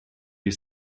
you